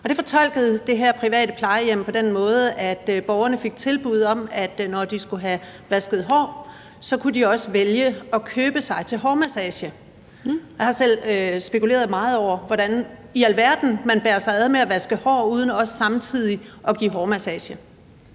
Det fortolkede det her private plejehjem på den måde, at borgerne fik tilbud om, at når de skulle have vasket hår, kunne de også vælge at købe sig til hårmassage. Jeg har selv spekuleret meget over, hvordan i alverden man bærer sig ad med at vaske hår uden også samtidig at give hårmassage.